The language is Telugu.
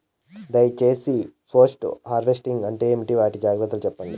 దయ సేసి పోస్ట్ హార్వెస్టింగ్ అంటే ఏంటి? వాటి జాగ్రత్తలు సెప్పండి?